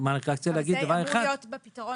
אז זה אמור להיות בפתרון,